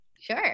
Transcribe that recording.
Sure